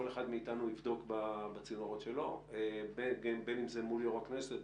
כל אחד מאתנו יבדוק בצינורות שלו בין אם זה מול יושב ראש הכנסת,